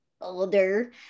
older